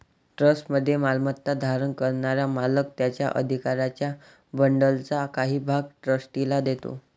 ट्रस्टमध्ये मालमत्ता धारण करणारा मालक त्याच्या अधिकारांच्या बंडलचा काही भाग ट्रस्टीला देतो